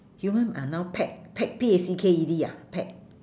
human are now packed packed P A C K E D ah packed